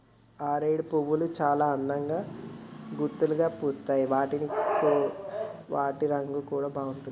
orchid పువ్వులు చాల అందంగా గుత్తులుగా పూస్తాయి వాటి రంగు కూడా బాగుంటుంది